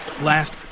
last